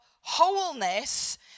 wholeness